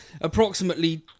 approximately